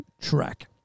track